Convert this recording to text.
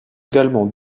également